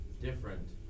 different